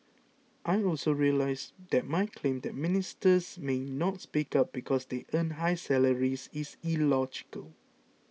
I also realise that my claim that Ministers may not speak up because they earn high salaries is illogical